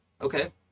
Okay